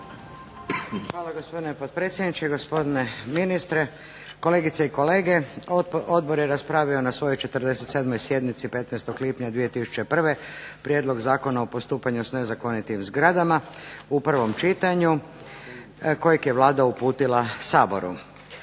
Hvala, gospodine potpredsjedniče. Gospodine ministre, kolegice i kolege. Odbor je raspravio na svojoj 47. sjednici 15. lipnja 2001. Prijedlog zakona o postupanju s nezakonitim zgradama u prvom čitanju kojeg je Vlada uputila Saboru.